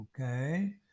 okay